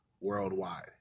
worldwide